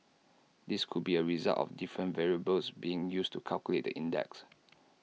this could be A result of different variables being used to calculate index